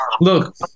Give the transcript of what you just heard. look